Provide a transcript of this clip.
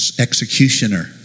executioner